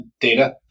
Data